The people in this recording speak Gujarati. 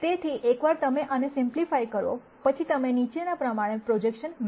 તેથી એકવાર તમે તેને સિમ્પલીફાય કરો પછી તમે નીચેના પ્રમાણે પ્રોજેકશન મેળવો છો